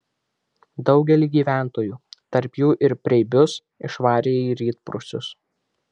daugelį gyventojų tarp jų ir preibius išvarė į rytprūsius